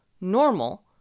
normal